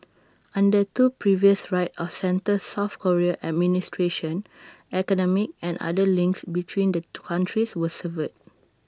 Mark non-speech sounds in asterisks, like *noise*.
under two previous right of centre south Korean administrations economic and other links between the *unintelligible* countries were severed